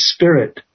Spirit